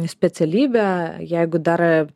specialybę jeigu dar